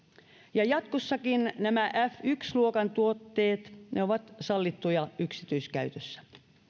ja jatkossakin nämä f yksi luokan tuotteet ovat sallittuja yksityiskäytössä